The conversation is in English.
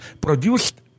produced